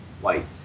white